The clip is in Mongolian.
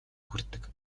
хүрдэг